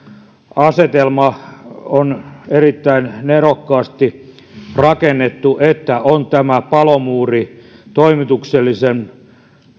asetelma on erittäin nerokkaasti rakennettu kun on tämä palomuuri toimituksellisten